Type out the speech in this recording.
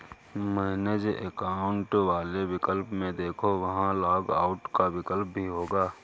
manage account वाले विकल्प में देखो, वहां लॉग आउट का विकल्प भी होगा